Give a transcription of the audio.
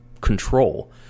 control